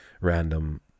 random